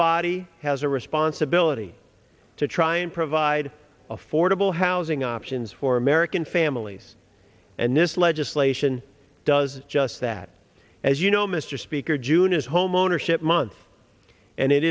body has a responsibility to try and provide affordable housing options for american families and this legislation does just that as you know mr speaker june is homeownership month and it